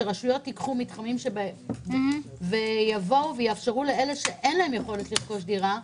שרשויות יקחו מתחמים ויאפשרו לאלה שאין להם יכולת לרכוש דירה,